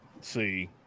See